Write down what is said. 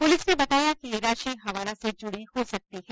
police ने बताया कि ये राशि हवाला से जुडी हो सकती है